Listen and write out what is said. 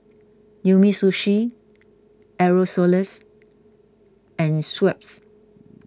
Umisushi Aerosoles and Schweppes